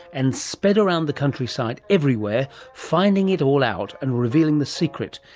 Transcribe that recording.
and sped around the countryside, everywhere, finding it all out, and revealing the secret,